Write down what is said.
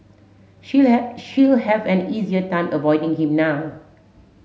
she'll have she'll have an easier time avoiding him now